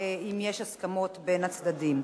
אם יש הסכמות בין הצדדים.